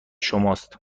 شماست